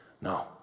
No